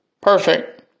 perfect